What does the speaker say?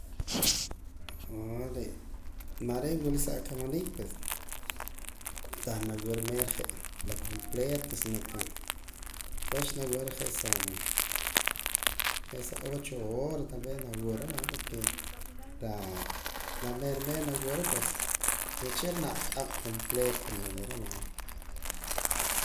mareen wila sa akamanik pues tah na wuura meero je' la completo sino que wach nawuura je' sa je' sa ocho horas o talve la wuura va la mero mero nawuura pues uche' janaj aq'ab' completo nawuura va.